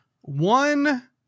one